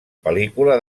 pel·lícula